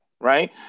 right